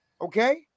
okay